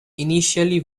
initially